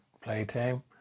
playtime